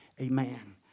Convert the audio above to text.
Amen